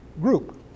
group